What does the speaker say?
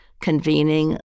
convening